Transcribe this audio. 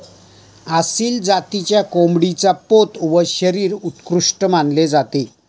आसिल जातीच्या कोंबडीचा पोत व शरीर उत्कृष्ट मानले जाते